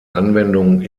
anwendung